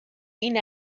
این